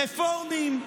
רפורמים,